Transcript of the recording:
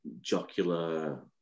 jocular